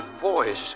voice